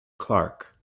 clarke